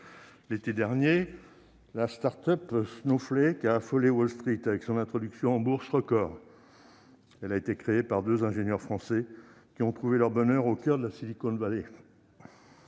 L'été dernier, la start-up Snowflake a affolé Wall Street avec son introduction en Bourse record. Elle a été créée par deux ingénieurs français, qui ont trouvé leur bonheur au coeur de la Silicon Valley.